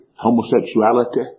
homosexuality